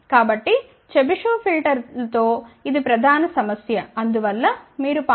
కాబట్టి చెబిషెవ్ ఫిల్టర్ల తో ఇది ప్రధాన సమస్య అందువల్ల మీరు పాస్ బ్యాండ్లో 0